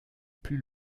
plus